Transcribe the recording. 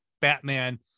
Batman